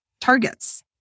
targets